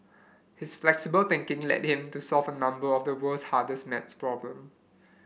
his flexible thinking led him to solve a number of the world's hardest maths problem